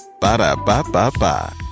Ba-da-ba-ba-ba